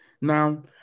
Now